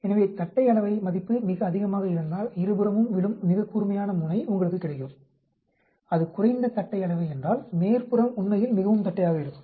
எனவே தட்டை அளவை மதிப்பு மிக அதிகமாக இருந்தால் இருபுறமும் விழும் மிகக் கூர்மையான முனை உங்களுக்குக் கிடைக்கும் அது குறைந்த தட்டை அளவை என்றால் மேற்புறம் உண்மையில் மிகவும் தட்டையாக இருக்கும்